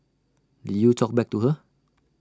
did you talk back to her